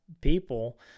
people